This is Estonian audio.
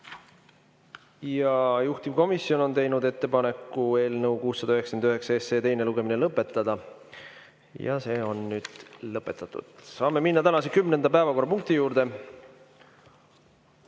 Juhtivkomisjon on teinud ettepaneku eelnõu 699 teine lugemine lõpetada ja see on nüüd lõpetatud. Saame minna tänase kümnenda päevakorrapunkti juurde.